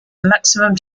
maximum